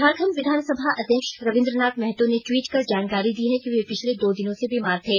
झारखंड विधानसभा अध्यक्ष रवींद्रनाथ महतो ने ट्वीट कर जानकारी दी है कि वे पिछले दो दिनों से बीमार थे